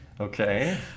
okay